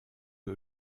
que